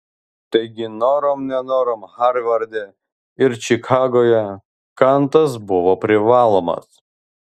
taigi norom nenorom harvarde ir čikagoje kantas buvo privalomas